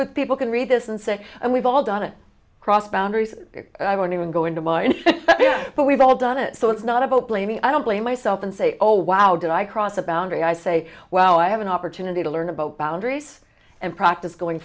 that people can read this and say we've all done it crossed boundaries i won't even go into mine but we've all done it so it's not about blaming i don't blame myself and say oh wow did i cross a boundary i say well i have an opportunity to learn about boundaries and practice going